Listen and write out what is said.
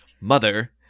mother